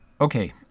Okay